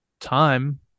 Time